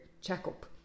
checkup